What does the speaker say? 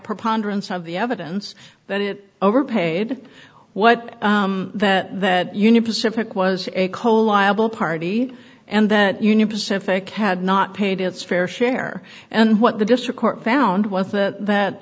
preponderance of the evidence that it overpaid what that that union pacific was a coal liable party and that union pacific had not paid its fair share and what the district court found was that that